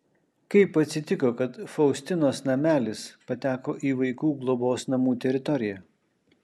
kaip atsitiko kad faustinos namelis pateko į vaikų globos namų teritoriją